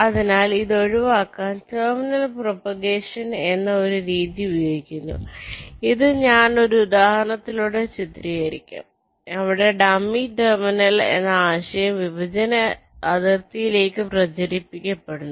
അതിനാൽ ഇത് ഒഴിവാക്കാൻ ടെർമിനൽ പ്രൊപ്പഗേഷൻ എന്ന ഒരു രീതി ഉപയോഗിക്കുന്നു അത് ഞാൻ ഒരു ഉദാഹരണത്തിലൂടെ ചിത്രീകരിക്കും അവിടെ ഡമ്മി ടെർമിനൽ എന്ന ആശയം വിഭജന അതിർത്തിയിലേക്ക് പ്രചരിപ്പിക്കപ്പെടുന്നു